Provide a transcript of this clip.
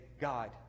god